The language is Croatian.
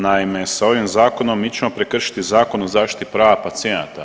Naime, sa ovim zakonom mi ćemo prekršiti Zakon o zaštiti prava pacijenata.